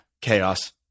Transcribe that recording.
chaos